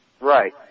Right